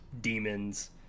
demons